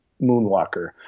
Moonwalker